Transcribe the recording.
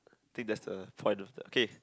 I think that's the point of the okay